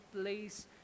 place